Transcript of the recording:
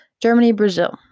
Germany-Brazil